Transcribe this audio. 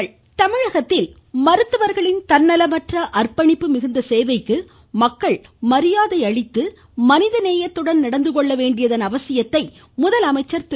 முதலமைச்சர் மருத்துவர்கள் தமிழகத்தில் மருத்துவர்களின் தன்னலமற்ற அர்ப்பணிப்பு மிகுந்த சேவைக்கு மக்கள் மரியாதை அளித்து மனிதநேயத்துடன் நடந்துகொள்ள வேண்டியதன் அவசியத்தை முதலமைச்சர் திரு